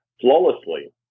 flawlessly